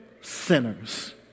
sinners